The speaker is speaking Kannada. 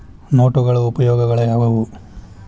ನೋಟುಗಳ ಉಪಯೋಗಾಳ್ಯಾವ್ಯಾವು?